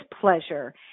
pleasure